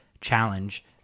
challenge